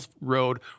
road